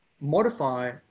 modify